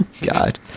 God